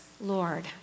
Lord